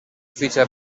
fitxa